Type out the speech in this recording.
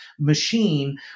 machine